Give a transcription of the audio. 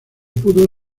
pudo